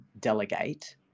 delegate